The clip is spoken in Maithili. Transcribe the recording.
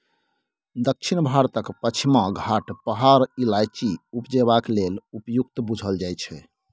दक्षिण भारतक पछिमा घाट पहाड़ इलाइचीं उपजेबाक लेल उपयुक्त बुझल जाइ छै